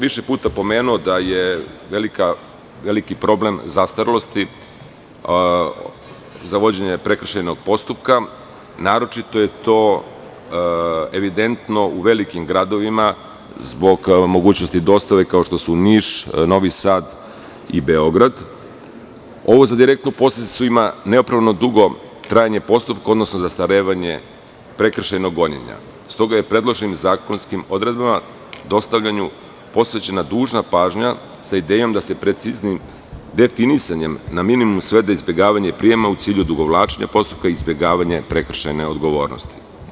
Više puta sam pomenuo da je veliki problem zastarelostiza vođenje prekršajnog postupka, naročito je to evidentno u velikim gradovima, zbog mogućnosti dostave, kao što su Niš, Novi Sad i Beograd, a ovo za direktnu posledicu ima nepravilno dugo trajanje postupka, odnosno zastarevanje prekršajnog gonjenja, stoga je predloženim zakonskim odredbama posvećena dužana pažnja sa idejom da se preciznim definisanjem na minimum svede izbegavanje prijema u cilju odugovlačenja postupka i izbegavanje prekršajne odgovornosti.